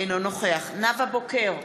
אינו נוכח נאוה בוקר,